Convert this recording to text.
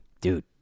Dude